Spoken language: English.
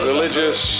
Religious